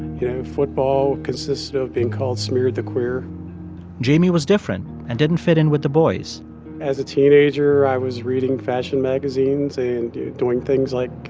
you know, football consisted of being called smeared the queer jamie was different and didn't fit in with the boys as a teenager, i was reading fashion magazines and doing things like,